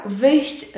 wyjść